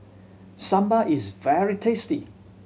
sambar is very tasty